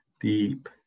deep